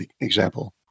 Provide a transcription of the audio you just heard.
example